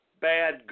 bad